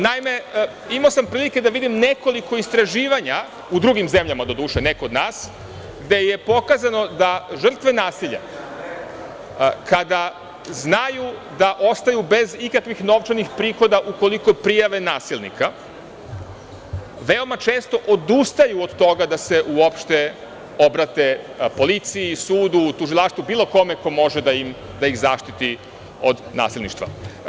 Naime, imao sam prilike da vidim nekoliko istraživanja u drugim zemljama, doduše, ne kod nas, gde je pokazano da žrtve nasilja, kada znaju da ostaju bez ikakvih novčanih prihoda ukoliko prijave nasilnika, veoma često odustaju od toga da se uopšte obrate policiji, sudu, tužilaštvu, bilo kome ko može da ih zaštiti od nasilništva.